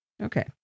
Okay